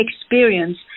experience